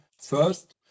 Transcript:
first